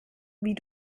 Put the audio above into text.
wie